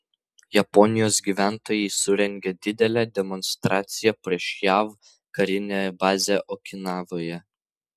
japonijos gyventojai surengė didelę demonstraciją prieš jav karinę bazę okinavoje